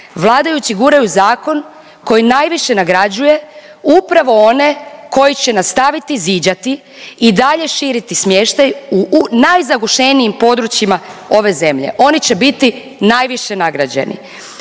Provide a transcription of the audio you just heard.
vladajući guraju zakon koji najviše nagrađuje upravo oni koji će nastaviti ziđati i dalje širiti smještaj u najzagušenijim područjima ove zemlje, oni će biti najviše nagrađeni.